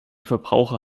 verbraucher